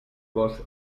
gos